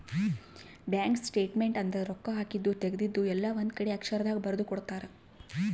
bank statement ಅಂದ್ರ ರೊಕ್ಕ ಹಾಕಿದ್ದು ತೆಗ್ದಿದ್ದು ಎಲ್ಲ ಒಂದ್ ಕಡೆ ಅಕ್ಷರ ದಾಗ ಬರ್ದು ಕೊಡ್ತಾರ